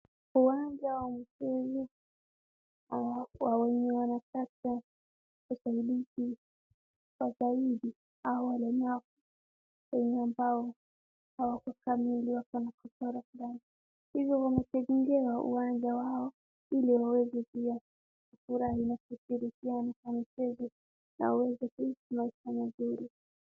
Uwanja wa mjini kwa wenye wanataka usaidizi kwa zaidi au walemavu wenye ambao hawako kamili wako na kasoro fulani hivyo wametengewa uwanja wao ili waweze pia kufurahi na kushirikiana kwa michezo, na waweze pia kuishi maisha mazuri.